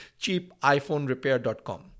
cheapiphonerepair.com